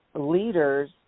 leaders